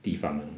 地方